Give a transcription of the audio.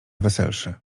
weselszy